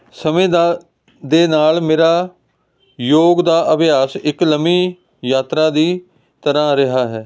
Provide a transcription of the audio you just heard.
ਸਮੇਂ ਦਾ ਦੇ ਨਾਲ ਮੇਰਾ ਯੋਗ ਦਾ ਅਭਿਆਸ ਇੱਕ ਲੰਮੀ ਯਾਤਰਾ ਦੀ ਤਰ੍ਹਾਂ ਰਿਹਾ ਹੈ